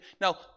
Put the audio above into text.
Now